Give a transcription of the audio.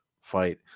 fight